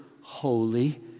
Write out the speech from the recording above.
holy